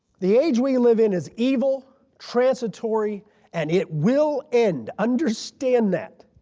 the age we live in is evil, transitory and it will end. understand that.